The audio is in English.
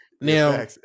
Now